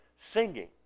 singing